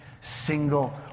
single